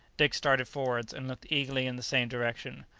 dick started forwards, and looked eagerly in the same direction.